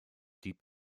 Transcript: deep